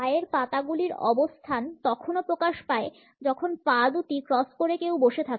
পায়ের পাতাগুলির অবস্থান তখন ও প্রকাশ পায় যখন পা দুটি ক্রস করে কেউ বসে থাকে